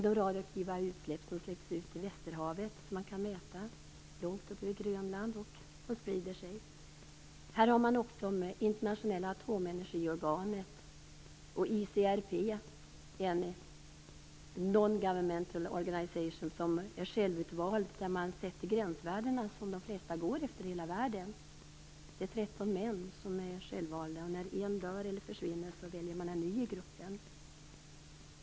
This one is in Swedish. De radioaktiva utsläppen släpps ut i Västerhavet. Det går att mäta dem långt upp mot Grönland, och de sprider sig. Här finns det internationella atomenergiorganet och ICRP. ICRP är en non-governmental organization som är självutvald. De gränsvärden som de flesta följer i världen sätts där. Organet består av 13 självvalda män. När en dör eller försvinner väljs en ny till gruppen.